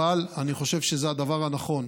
אבל אני חושב שזה הדבר הנכון.